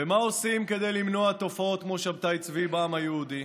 ומה עושים כדי למנוע תופעות כמו שבתאי צבי בעם היהודי?